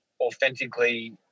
authentically